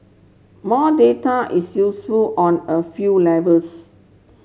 more data is useful on a few levels